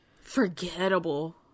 Forgettable